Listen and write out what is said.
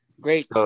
Great